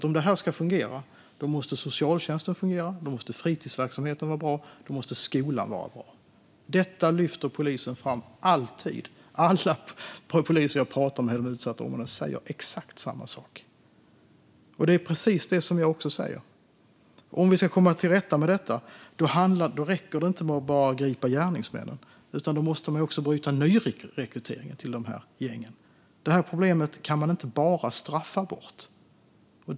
Om det här ska fungera måste socialtjänsten fungera och fritidsverksamheten och skolan vara bra. Detta lyfter polisen alltid fram. Alla poliser som jag pratar med i de utsatta områdena säger exakt samma sak. Det är precis det jag också säger. Om vi ska komma till rätta med detta räcker det inte med att gripa gärningsmännen, utan då måste vi också bryta nyrekryteringen till de här gängen. Det här problemet kan vi inte bara straffa bort.